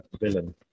villain